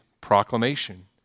proclamation